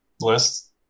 list